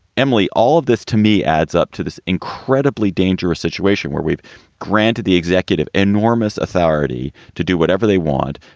emily, all of this to me adds up to this incredibly dangerous situation where we've granted the executive enormous authority to do whatever they want,